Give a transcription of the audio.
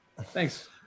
thanks